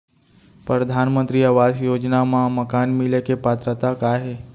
परधानमंतरी आवास योजना मा मकान मिले के पात्रता का हे?